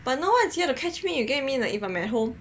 but no one is here to catch me you get what I mean if I'm at home